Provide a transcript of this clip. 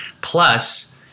plus